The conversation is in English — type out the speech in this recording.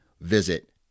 visit